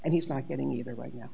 and he's not getting either like y